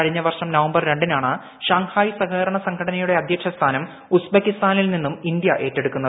കഴിഞ്ഞ വർഷം നവംബർ രണ്ടിനാണ് ഷാങ്ഹായ് സഹകരണ സംഘടനയുടെ അദ്ധ്യക്ഷ സ്ഥാനം ഉസ്ബക്കിസ്ഥാനിൽ നിന്നും ഇന്ത്യ ഏറ്റെടുക്കുന്നത്